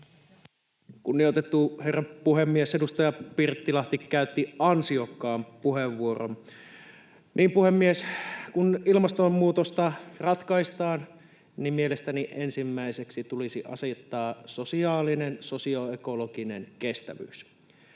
Kunnioitettu herra puhemies! Edustaja Pirttilahti käytti ansiokkaan puheenvuoron. — Puhemies! Kun ilmastonmuutosta ratkaistaan, mielestäni ensimmäiseksi tulisi asettaa sosiaalinen, sosioekologinen kestävyys.